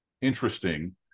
interesting